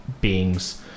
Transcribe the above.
beings